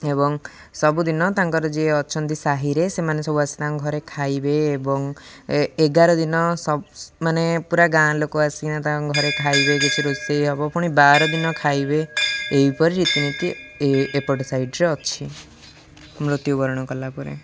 ଏବଂ ସବୁଦିନ ତାଙ୍କର ଯିଏ ଅଛନ୍ତି ସାହିରେ ସେମାନେ ସବୁ ଆସି ତାଙ୍କ ଘରେ ଖାଇବେ ଏବଂ ଏଗାର ଦିନ ସବ ମାନେ ପୁରା ଗାଁ ଲୋକ ଆସିକିନା ତାଙ୍କ ଘରେ ଖାଇବେ କିଛି ରୋଷେଇ ହବ ପୁଣି ବାର ଦିନ ଖାଇବେ ଏହିପରି ରୀତିନୀତି ଏପଟ ସାଇଡ଼୍ରେ ଅଛି ମୃତ୍ୟୁବରଣ କଲା ପରେ